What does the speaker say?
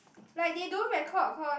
like they don't record cause